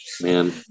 man